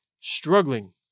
struggling